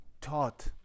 taught